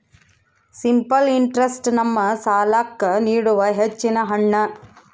simple interest ನಮ್ಮ ಸಾಲ್ಲಾಕ್ಕ ನೀಡುವ ಹೆಚ್ಚಿನ ಹಣ್ಣ